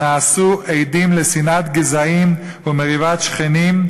נעשו עדים לשנאת גזעים ומריבת שכנים,